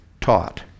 taught